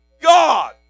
God